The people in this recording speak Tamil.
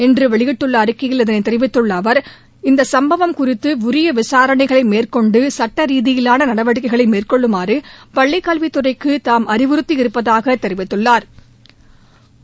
இன்று வெளியிட்டுள்ள அறிக்கையில் இதனைத் தெரிவித்துள்ள அவர் இந்த சுப்பவம் குறித்து உரிய விசாரணைகளை மேற்கொண்டு சட்ட ரீதியிலாள நடவடிக்கைகளை மேற்கொள்ளுமாறு பள்ளிக்கல்வித் துறைக்கு தாம் அறிவுறுத்தியிருப்பதகாக் தெரிவித்துள்ளாா்